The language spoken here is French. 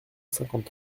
cinquante